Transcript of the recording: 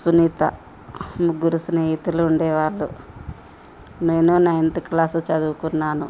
సునీత ముగ్గురు స్నేహితులు ఉండేవాళ్ళు నేను నైన్త్ క్లాస్ చదువుకున్నాను